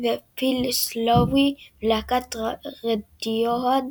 ופיל סלוואי מלהקת "רדיוהד",